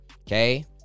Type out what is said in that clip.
okay